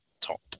top